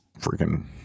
freaking